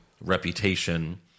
reputation